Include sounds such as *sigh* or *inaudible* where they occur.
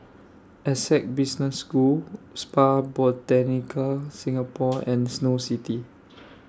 Essec Business School Spa Botanica Singapore *noise* and Snow City